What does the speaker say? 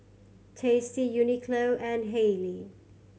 Tasty Uniqlo and Haylee